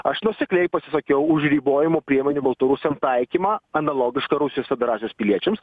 aš nuosekliai pasisakiau už ribojimo priemonių baltarusiam taikymą analogišką rusijos federacijos piliečiams